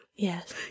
Yes